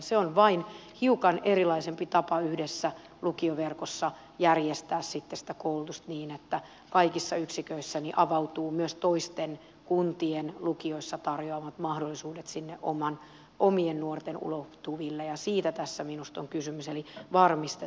se on vain hiukan erilaisempi tapa yhdessä lukioverkossa järjestää sitten sitä koulutusta niin että kaikissa yksiköissä avautuu myös toisten kuntien lukioissa tarjoamat mahdollisuudet sinne omien nuorten ulottuville ja siitä tässä minusta on kysymys eli varmistetaan se